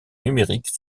numérique